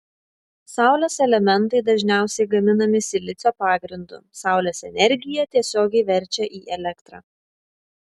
saulės elementai dažniausiai gaminami silicio pagrindu saulės energiją tiesiogiai verčia į elektrą